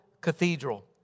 cathedral